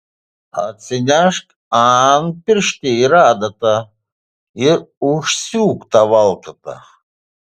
atsinešk antpirštį ir adatą ir užsiūk tą valkatą